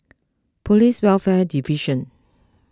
Police Welfare Division